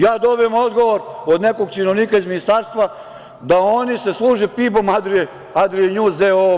Ja dobijem odgovor od nekog činovnika iz ministarstva da se oni služe PIB-om Adrija njuza d.o.o.